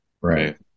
Right